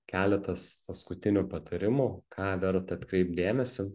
keletas paskutinių patarimų ką verta atkreipt dėmesį